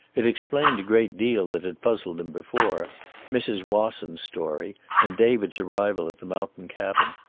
it explained a great deal that had puzzled him before mrs. wasson's story and david's arrival at the mountain cabin.